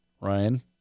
ryan